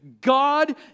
God